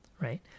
right